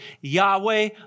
Yahweh